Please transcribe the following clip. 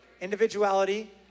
individuality